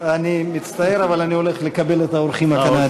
אני מצטער, אבל אני הולך לקבל את האורחים הקנדים.